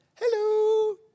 Hello